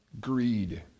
greed